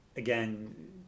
again